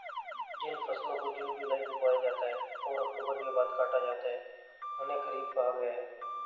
जिन फसलों को जून जुलाई में बोया जाता है और अक्टूबर के बाद काटा जाता है उन्हें खरीफ कहा गया है